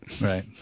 Right